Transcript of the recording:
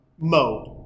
mode